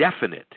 definite